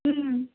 ம்